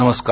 नमस्कार